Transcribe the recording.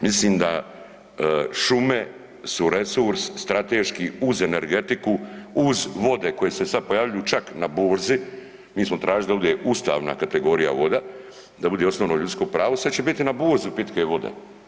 Mislim da šume su resurs strateški uz energetiku, uz vode koje se sad pojavljuju čak na burzi, mi smo tražili da bude ustavna kategorija voda, da bude osnovno ljudsko pravo, sad će biti na burzi pitke vode.